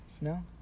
no